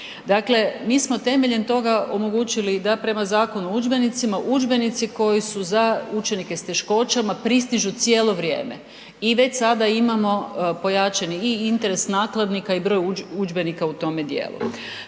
Dakle, mi smo temeljem toga omogućili da prema Zakonu o udžbenicima, udžbenici koji su za učenike s teškoćama pristižu cijelo vrijeme. I već sada imamo pojačani i interes nakladnika i broj udžbenika u tome dijelu.